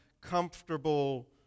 comfortable